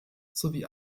sowie